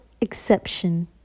exception